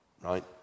right